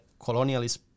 colonialist